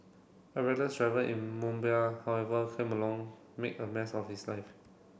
a reckless driver in Mumbai however came along make a mess of his life